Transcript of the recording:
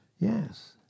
Yes